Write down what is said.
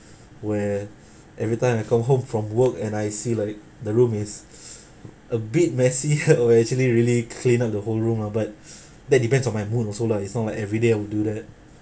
where everytime I come home from work and I see like the room is a bit messy I would actually really clean up the whole room lah but that depends on my mood also lah it's not like everyday I will do that